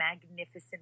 magnificent